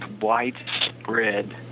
widespread